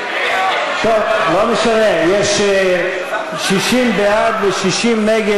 לא משנה, יש 60 בעד ו-60 נגד.